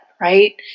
right